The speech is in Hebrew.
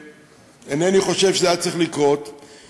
ואינני חושב שזה היה צריך לקרות,